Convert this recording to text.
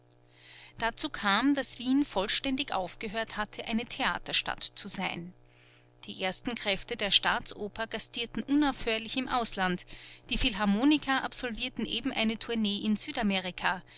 dazu kam daß wien vollständig aufgehört hatte eine theaterstadt zu sein die ersten kräfte der staatsoper gastierten unaufhörlich im ausland die philharmoniker absolvierten eben eine tournee in südamerika